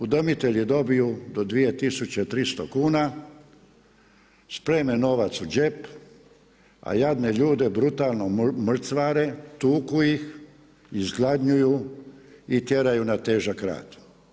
Udomitelji dobiju do 2300 kuna, spreme novac u džep a javne ljude brutalno mrcvare, tuku ih, izgladnjuju i tjeraju na težak rad.